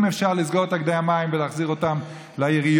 אם אפשר לסגור את תאגידי המים ולהחזיר אותם לעיריות,